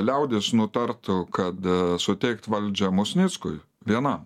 liaudies nutartų kad suteikt valdžią musnickui vienam